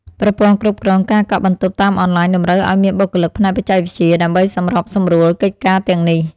ប្រព័ន្ធគ្រប់គ្រងការកក់បន្ទប់តាមអនឡាញតម្រូវឱ្យមានបុគ្គលិកផ្នែកបច្ចេកវិទ្យា ដើម្បីសម្របសម្រួលកិច្ចការទាំងនេះ។